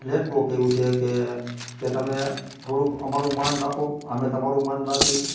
late go કર્યું છે કે કે તમે થોડુંક અમારું માન રાખો અમે તમારું માન રાખી